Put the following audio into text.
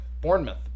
Bournemouth